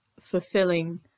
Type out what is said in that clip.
fulfilling